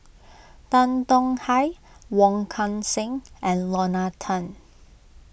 Tan Tong Hye Wong Kan Seng and Lorna Tan